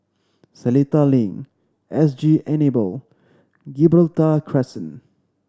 Seletar Link S G Enable Gibraltar Crescent